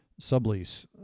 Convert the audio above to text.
sublease